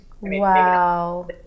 Wow